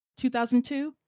2002